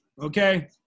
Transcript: okay